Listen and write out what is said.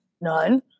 None